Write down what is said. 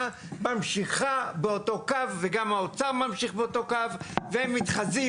ממשיכה באותו הקו וגם האוצר ממשיך באותו הקו והם מתחזים.